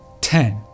ten